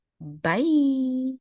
Bye